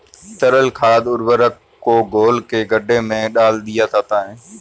तरल खाद उर्वरक को घोल के गड्ढे में डाल दिया जाता है